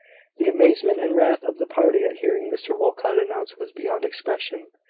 the amazement and wrath of the party at hearing mr walcot announced was beyond expression.